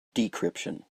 decryption